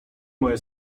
moje